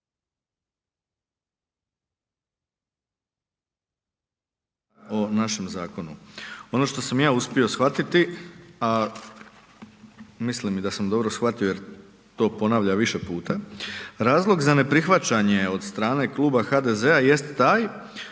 o našem zakonu. Ono što sam ja uspio shvatiti, a mislim i da sam dobro shvatio jer to ponavlja više puta, razlog za neprihvaćanje od strane Kluba HDZ-a jest taj